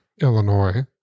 Illinois